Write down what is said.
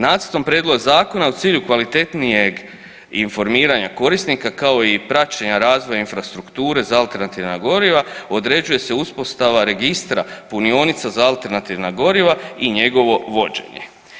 Nacrtom prijedloga zakona u cilju kvalitetnijeg informiranja korisnika kao i praćenja razvoja infrastrukture za alternativna goriva određuje se uspostava registra punionica za alternativna goriva i njegovo vođenje.